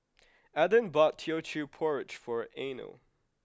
Eden bought Teochew porridge for Eino